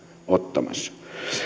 ottamassa